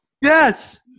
Yes